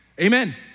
Amen